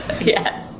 Yes